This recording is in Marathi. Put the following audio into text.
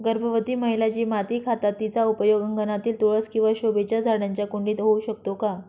गर्भवती महिला जी माती खातात तिचा उपयोग अंगणातील तुळस किंवा शोभेच्या झाडांच्या कुंडीत होऊ शकतो का?